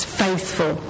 faithful